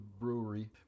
brewery